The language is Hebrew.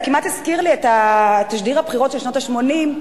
זה כמעט הזכיר לי את תשדיר הבחירות של שנות ה-80.